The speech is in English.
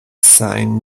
sign